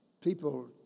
People